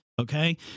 Okay